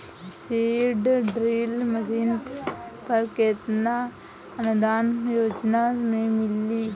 Seed drill machine पर केतना अनुदान योजना में मिली?